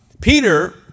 Peter